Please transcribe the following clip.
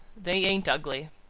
they ain't ugly.